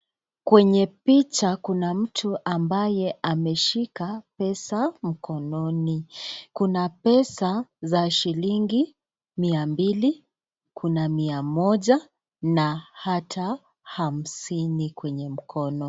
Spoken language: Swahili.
Kwenye picha kuna mtu ambaye ameshika pesa mkononi. Kuna pesa za shilingi mia mbili kuna mia moja na hata hamsini kwenye mkono.